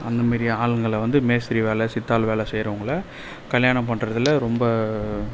அந்த மேரி ஆளுங்களை வந்து மேஸ்திரி வேலை சித்தாள் வேலை செய்றவங்களை கல்யாணம் பண்ணுறதுல ரொம்ப